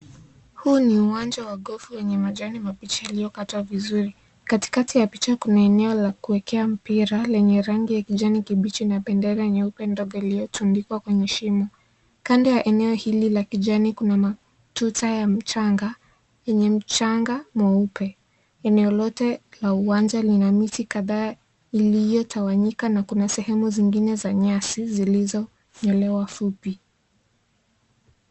Huu ni uwanja wa gofu wenye majani mabichi yaliyokatwa vizuri. Katikati ya picha kuna eneo la kuwekea mpira lenye rangi ya kijani kibichi na bendera nyeupe ndogo iliyotundikwa kwenye shimo. Kando ya eneo hili la kijani kuna matuta ya mchanga yenye mchanga mweupe. Eneo lote la uwanja lina miti kadhaa iliyotawanyika na kuna sehemu zingine za nyasi zilizonyolewa fupi.